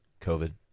COVID